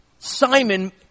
Simon